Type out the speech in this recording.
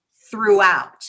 throughout